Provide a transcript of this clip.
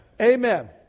Amen